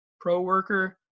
pro-worker